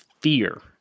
fear